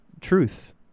truth